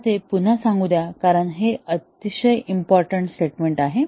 मला ते पुन्हा सांगू द्या कारण हे एक अतिशय इम्पॉर्टन्ट स्टेटमेंट आहे